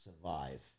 survive